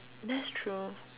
that's true